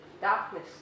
darkness